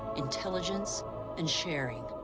intelligence and sharing.